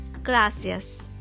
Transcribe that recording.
gracias